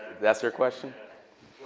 that's your question?